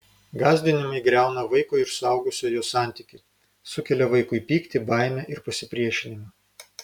gąsdinimai griauna vaiko ir suaugusiojo santykį sukelia vaikui pyktį baimę ir pasipriešinimą